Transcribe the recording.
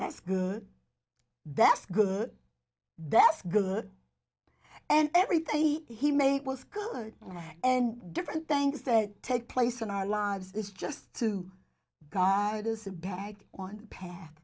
that's good that's good that's good and everything he made was good and different things they take place in our lives is just to go back on the path